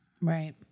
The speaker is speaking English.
Right